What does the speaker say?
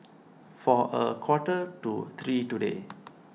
for a quarter to three today